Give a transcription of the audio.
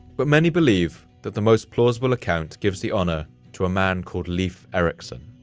but many believe that the most plausible account gives the honour to a man called leif erikson.